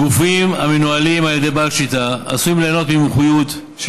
גופים המנוהלים על ידי בעל שליטה עשויים ליהנות ממומחיותו של